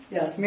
Yes